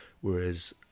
whereas